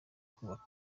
kubaka